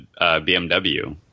BMW